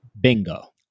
Bingo